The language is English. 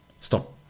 Stop